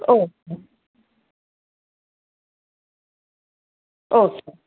okay okay